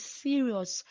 serious